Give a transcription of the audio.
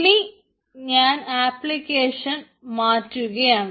ഇനി ഞാൻ ആപ്ലിക്കേഷൻ മാറ്റുകയാണ്